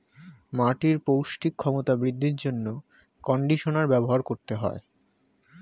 মাটির পৌষ্টিক ক্ষমতা বৃদ্ধির জন্য কন্ডিশনার ব্যবহার করতে হয়